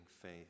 faith